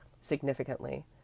significantly